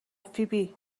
فیبی